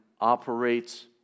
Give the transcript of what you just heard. operates